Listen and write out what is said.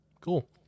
Cool